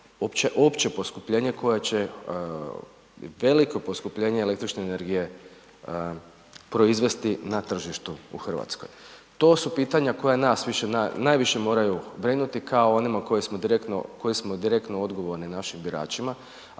opće poskupljenje koje će, veliko poskupljenje električne energije proizvesti na tržištu u Hrvatskoj. To su pitanja koja nas najviše moraju brinuti kao o onima kojim smo direktno odgovorni našim biračima